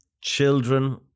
children